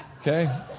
Okay